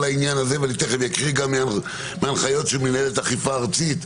העניין הזה ואני תיכף אקריא גם מהנחיות של מינהלת האכיפה הארצית,